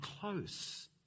close